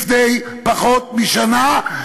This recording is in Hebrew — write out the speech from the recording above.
לפני פחות משנה,